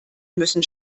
müssen